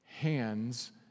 hands